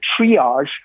triage